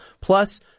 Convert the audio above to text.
plus